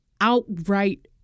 outright